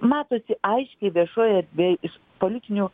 matosi aiškiai viešoj erdvėj iš politinių